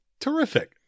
terrific